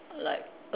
like